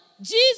Jesus